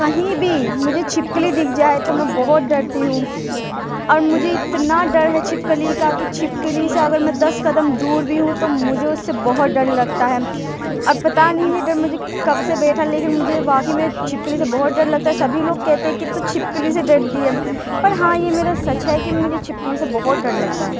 کہیں بھی مجھے چھپکلی دکھ جائے تو میں بہت ڈرتی ہوں اور مجھے اتنا ڈر ہے چھپکلی کا کہ چھپکلی سے اگر میں دس قدم دور بھی ہوں تو مجھے اس سے بہت ڈر لگتا ہے اب پتا نہیں یہ ڈر مجھے کب سے بیٹھا لیکن مجھے واقعی میں چھپکلی سے بہت ڈر لگتا ہے سبھی لوگ کہتے ہیں کہ تو چھپکلی سے ڈرتی ہے پر ہاں یہ میرا سچ ہے کہ مجھے چھپکلی سے بہت ڈر لگتا ہے